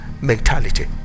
mentality